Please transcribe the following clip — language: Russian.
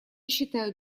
считаю